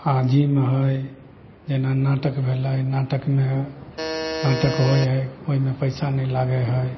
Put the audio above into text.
आओर जिम हइ जेना नाटक भेलै नाटकमे नाटक होइ हइ ओहिमे पइसा नहि लागै हइ